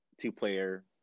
two-player